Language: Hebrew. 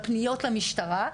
הפניות למשטרה,